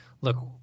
look